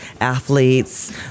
athletes